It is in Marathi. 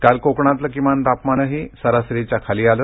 काल कोकणातलं किमान तापमानही सरासरीच्या खाली आलं